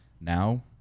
now